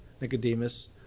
Nicodemus